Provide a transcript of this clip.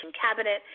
cabinet